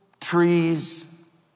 trees